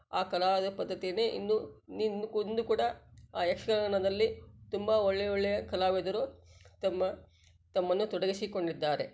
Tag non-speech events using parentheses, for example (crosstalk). ಆ ಕಲಾವಿದ ಪದ್ದತಿಯನ್ನೇ ಇನ್ನೂ (unintelligible) ಇಂದೂ ಕೂಡ ಆ ಯಕ್ಷಗಾನದಲ್ಲಿ ತುಂಬ ಒಳ್ಳೆ ಒಳ್ಳೆಯ ಕಲಾವಿದರು ತಮ್ಮ ತಮ್ಮನ್ನು ತೊಡಗಿಸಿಕೊಂಡಿದ್ದಾರೆ